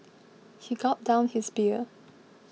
he gulped down his beer